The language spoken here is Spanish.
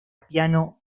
piano